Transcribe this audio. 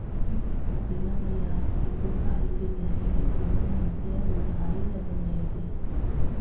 बिना बियाज के तो आयके घरी में कोनो मइनसे हर उधारी घलो नइ दे